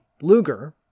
luger